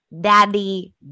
Daddy